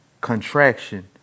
contraction